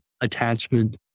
attachment